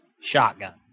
shotgun